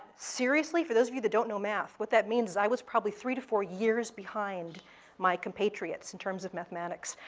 seriously, for those of you that don't know math, what that means is that i was probably three to four years behind my compatriots in terms of mathematics.